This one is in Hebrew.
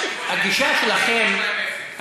הגישה שלכם,